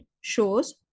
shows